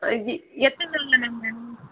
இது எத்தனை நாளில் மேம் வேணும்